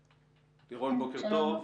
לירון, בוקר טוב.